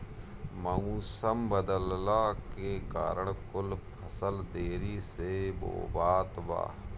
मउसम बदलला के कारण कुल फसल देरी से बोवात बा